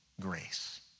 grace